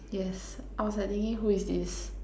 yes I was like thinking who is this